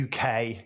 UK